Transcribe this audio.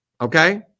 okay